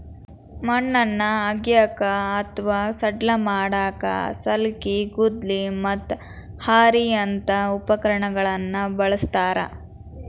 ಮಣ್ಣನ್ನ ಅಗಿಯಾಕ ಅತ್ವಾ ಸಡ್ಲ ಮಾಡಾಕ ಸಲ್ಕಿ, ಗುದ್ಲಿ, ಮತ್ತ ಹಾರಿಯಂತ ಉಪಕರಣಗಳನ್ನ ಬಳಸ್ತಾರ